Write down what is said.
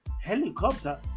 helicopter